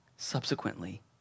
Subsequently